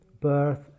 birth